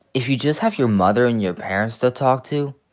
if you just have your mother and your parents to talk to,